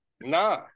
Nah